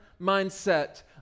mindset